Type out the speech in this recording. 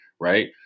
right